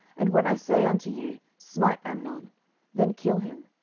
and when i say unto you, smite amnon then kill him,